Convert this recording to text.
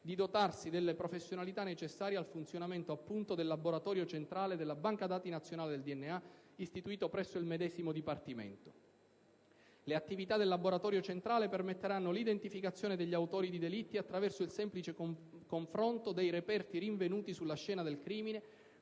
di dotarsi delle professionalità necessarie al funzionamento appunto del laboratorio centrale della banca dati nazionale del DNA, istituito presso il medesimo dipartimento. Le attività del laboratorio centrale permetteranno l'identificazione degli autori di delitti attraverso il semplice confronto dei reperti rinvenuti sulla scena del crimine